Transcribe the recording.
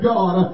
God